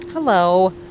Hello